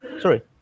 sorry